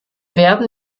werden